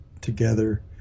together